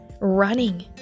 Running